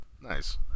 nice